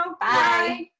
Bye